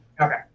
Okay